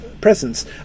presence